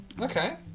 Okay